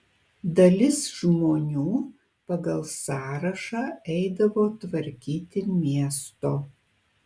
dalis žmonių pagal sąrašą eidavo tvarkyti miesto